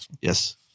yes